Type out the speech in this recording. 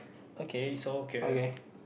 okay it's all clear